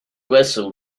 vessel